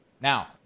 Now